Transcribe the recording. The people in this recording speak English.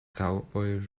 cowboy